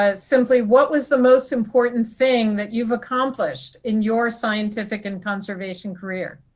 ah simply what was the most important thing that you've accomplished in your scientific and conservation career?